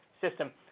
system